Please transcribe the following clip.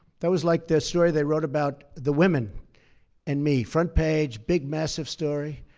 that was like that story they wrote about the women and me front page. big massive story.